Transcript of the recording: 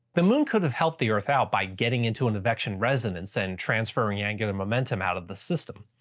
the moon could have helped the earth out by getting into an evection resonance and transferring angular momentum out of the system.